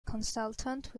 consultant